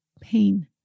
pain